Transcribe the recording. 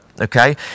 Okay